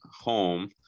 home